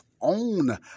own